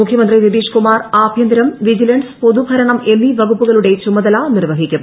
മുഖ്യമന്ത്രി നിതീഷ് കുമാർ ആഭ്യന്തരം വിജിലൻസ് പൊതുഭരണം എന്നീ വകുപ്പുകളുടെ ചുമതല നിർവഹിക്കും